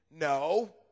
no